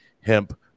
hemp